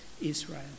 Israel